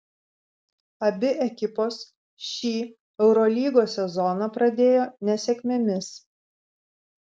abi ekipos šį eurolygos sezoną pradėjo nesėkmėmis